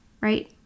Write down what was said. right